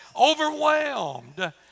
overwhelmed